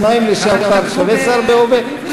שניים שלעבר, שווה שר בהווה?